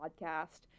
podcast